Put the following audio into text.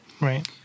Right